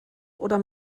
oder